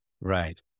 right